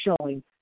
showing